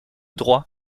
droit